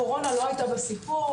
הקורונה לא הייתה בסיפור,